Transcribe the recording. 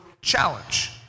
challenge